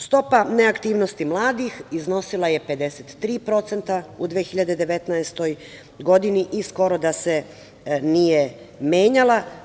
Stopa neaktivnosti mladih iznosila je 53% u 2019. godini i skoro da se nije menjala.